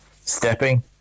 stepping